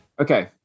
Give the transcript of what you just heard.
Okay